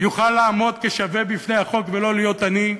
יוכל לעמוד כשווה בפני החוק ולא להיות עני.